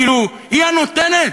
כאילו, היא הנותנת.